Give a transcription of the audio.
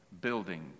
building